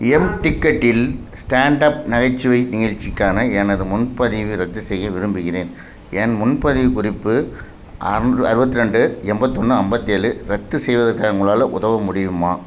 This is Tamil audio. எம் டிக்கெட்டில் ஸ்டாண்ட் அப் நகைச்சுவை நிகழ்ச்சிக்கான எனது முன்பதிவை ரத்து செய்ய விரும்புகிறேன் என் முன்பதிவுக் குறிப்பு அன்று அறுபத்ரெண்டு எம்பத்தொன்று அம்பத்தேழு ரத்து செய்வதற்கு உங்களால் உதவ முடியுமா